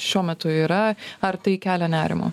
šiuo metu yra ar tai kelia nerimą